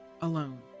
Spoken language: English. alone